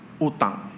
utang